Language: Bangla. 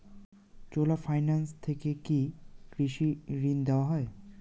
চোলা ফাইন্যান্স থেকে কি কৃষি ঋণ দেওয়া হয়?